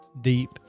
deep